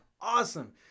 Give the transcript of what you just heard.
awesome